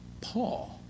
Paul